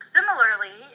Similarly